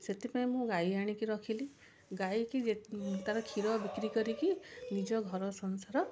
ସେଥିପାଇଁ ମୁଁ ଗାଈ ଆଣିକି ରଖିଲି ଗାଈକି ଯେ ତାର କ୍ଷୀର ବିକ୍ରି କରିକି ନିଜ ଘର ସଂସାର